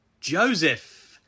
Joseph